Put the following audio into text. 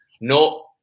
No –